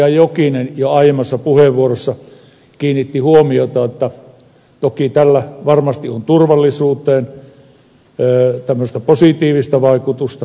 jokinen jo aiemmassa puheenvuorossaan kiinnitti huomiota siihen että toki tällä varmasti on turvallisuuteen tämmöistä positiivista vaikutusta